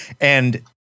And-